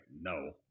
no